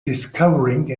discovering